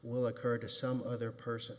will occur to some other person